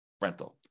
rental